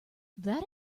that